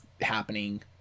happening